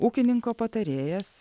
ūkininko patarėjas